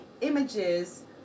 images